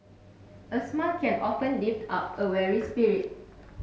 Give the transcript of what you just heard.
a smile can often lift up a weary spirit